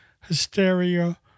Hysteria